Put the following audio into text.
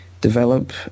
develop